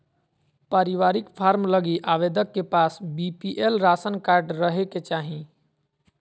पारिवारिक फार्म लगी आवेदक के पास बीपीएल राशन कार्ड रहे के चाहि